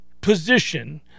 position